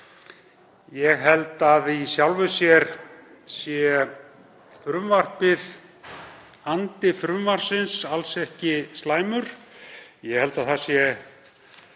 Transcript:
Ég held að í sjálfu sér sé andi frumvarpsins alls ekki slæmur. Ég held að það sé